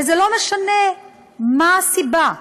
ולא משנה מה הסיבה,